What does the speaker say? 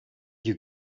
you